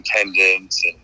attendance